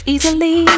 Easily